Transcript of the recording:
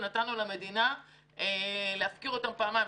ונתנו למדינה להפקיר אותם פעמיים.